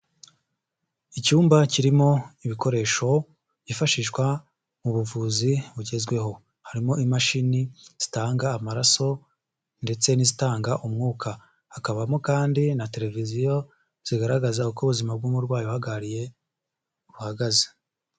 Icyumba kirimo ibikoresho byifashishwa mu buvuzi bugezweho. Harimo imashini zitanga amaraso ndetse n'izitanga umwuka. Hakabamo kandi na televiziyo zigaragaza uko ubuzima bw'umurwayi uhagarariye, buhagaze.